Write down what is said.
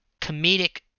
comedic